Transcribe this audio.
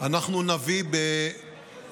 אנחנו נביא בקרוב